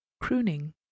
Crooning